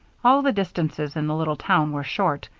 all the distances in the little town were short,